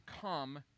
come